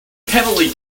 heavily